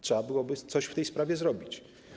Trzeba byłoby coś w tej sprawie zrobić.